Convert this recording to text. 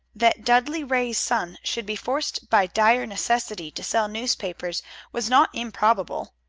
that dudley ray's son should be forced by dire necessity to sell newspapers was not improbable.